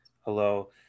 hello